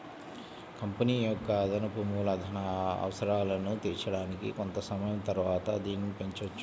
company యొక్క అదనపు మూలధన అవసరాలను తీర్చడానికి కొంత సమయం తరువాత దీనిని పెంచొచ్చు